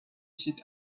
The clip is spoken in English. sit